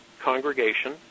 congregation